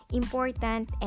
important